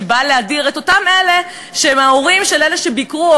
שבא להדיר את אותם אלה שהם ההורים של אלה שביקרו,